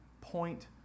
point